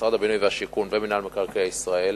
משרד הבינוי והשיכון ומינהל מקרקעי ישראל,